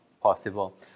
possible